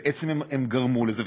הם בעצם גרמו לזה,